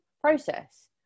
process